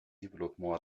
développement